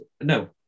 No